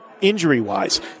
injury-wise